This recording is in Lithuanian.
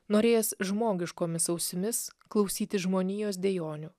norėjęs žmogiškomis ausimis klausyti žmonijos dejonių